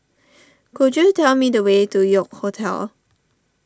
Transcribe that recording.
could you tell me the way to York Hotel